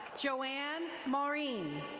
joann moreen.